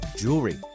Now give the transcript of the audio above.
jewelry